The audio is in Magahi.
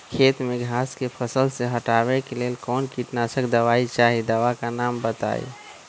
खेत में घास के फसल से हटावे के लेल कौन किटनाशक दवाई चाहि दवा का नाम बताआई?